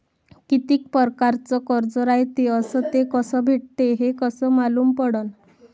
कितीक परकारचं कर्ज रायते अस ते कस भेटते, हे कस मालूम पडनं?